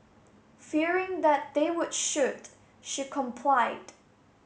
fearing that they would shoot she complied